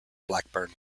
blackburn